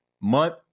month